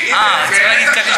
"כיצד מקבלים"